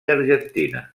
argentina